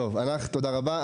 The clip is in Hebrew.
תודה רבה.